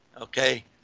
okay